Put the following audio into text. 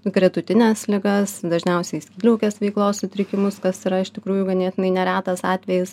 gretutines ligas dažniausiai skydliaukės veiklos sutrikimus kas yra iš tikrųjų ganėtinai neretas atvejis